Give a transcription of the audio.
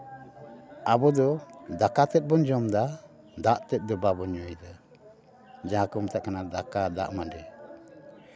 ᱟᱵᱚᱫᱚ ᱫᱟᱠᱟ ᱛᱮᱫ ᱵᱚᱱ ᱡᱚᱢᱫᱟ ᱫᱟᱜ ᱛᱮᱫ ᱫᱚ ᱵᱟᱵᱚᱱ ᱧᱩᱭᱫᱟ ᱡᱟᱦᱟᱸ ᱠᱚ ᱢᱮᱛᱟᱜ ᱠᱟᱱᱟ ᱫᱟᱠᱟ ᱫᱟᱜ ᱢᱟᱺᱰᱤ